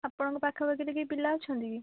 ଆପଣଙ୍କ ପାଖାପାଖିରେ କିଏ ପିଲା ଅଛନ୍ତି କି